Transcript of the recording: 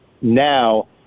now